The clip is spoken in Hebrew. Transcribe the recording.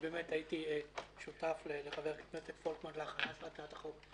כי הייתי שותף לחבר הכנסת פולקמן בהכנה של הצעת החוק.